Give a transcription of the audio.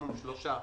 מקסימום שלושה,